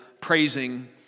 praising